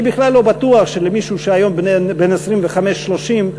אני בכלל לא בטוח שלמישהו שהיום הוא בן 25, 30,